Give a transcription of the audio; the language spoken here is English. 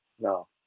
No